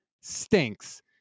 stinks